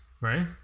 right